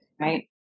Right